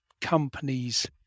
companies